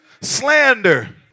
slander